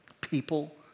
People